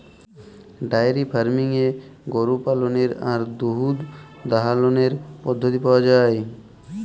diary ফার্মিংয়ে গরু পাললের আর দুহুদ দহালর পদ্ধতি পাউয়া যায়